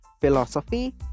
Philosophy